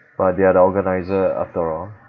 but they are the organiser after all